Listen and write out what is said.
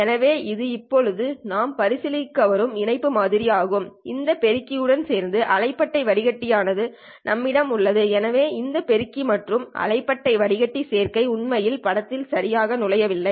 எனவே இது இப்போது நாம் பரிசீலித்து வரும் இணைப்பு மாதிரி ஆகும் இந்த பெருக்கி உடன் சேர்ந்த அலைபாட்டை வடிகட்டி ஆனது நம்மிடம் உள்ளது எனவே இந்த பெருக்கி மற்றும் அலைபாட்டை வடிகட்டி சேர்க்கை உண்மையில் படத்தில் சரியாக நுழையவில்லை